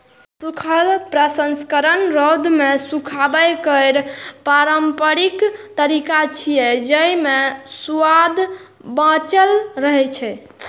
सूखल प्रसंस्करण रौद मे सुखाबै केर पारंपरिक तरीका छियै, जेइ मे सुआद बांचल रहै छै